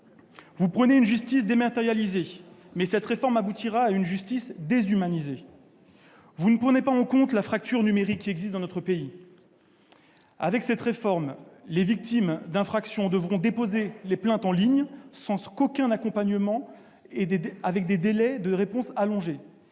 Vous prônez une justice dématérialisée, mais cette réforme aboutira à une justice déshumanisée. Vous ne prenez pas en compte la fracture numérique qui existe dans notre pays. Avec cette réforme, les victimes d'infractions devront déposer leurs plaintes en ligne, sans aucun accompagnement et avec des délais de réponse allongés.